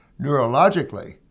Neurologically